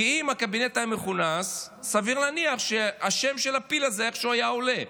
כי אם הקבינט היה מכונס סביר להניח שהשם של הפיל הזה איכשהו היה עולה,